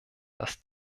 dass